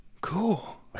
cool